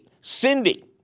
Cindy